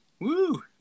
Woo